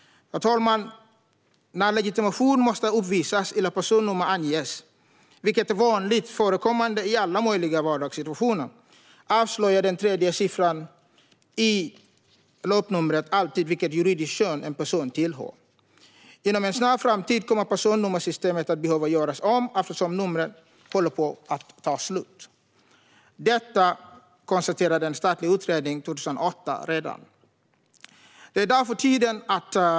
Herr talman! När legitimation måste uppvisas eller personnummer anges, vilket är vanligt förekommande i alla möjliga vardagssituationer, avslöjar den tredje siffran i löpnumret alltid vilket juridiskt kön en person tillhör. Inom en snar framtid kommer personnummersystemet att behöva göras om eftersom numren håller på att ta slut. Detta konstaterade en statlig utredning redan 2008.